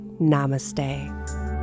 Namaste